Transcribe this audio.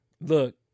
look